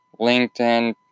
LinkedIn